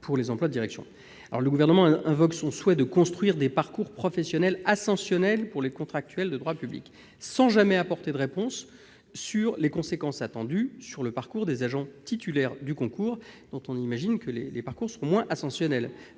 pour les emplois de direction. Le Gouvernement invoque son souhait de construire des parcours professionnels ascensionnels pour les agents contractuels de droit public, sans jamais apporter de réponses s'agissant des conséquences attendues sur les parcours des agents titulaires du concours, qui- on l'imagine -risquent d'être, pour le coup, moins ascensionnels